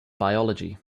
biology